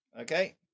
Okay